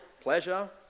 pleasure